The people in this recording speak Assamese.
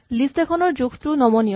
লিষ্ট এখন ৰ জোখটো নমনীয়